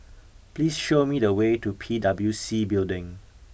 please show me the way to P W C Building